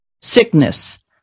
sickness